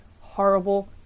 horrible